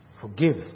Forgive